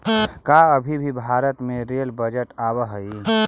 का अभी भी भारत में रेल बजट आवा हई